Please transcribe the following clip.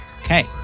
Okay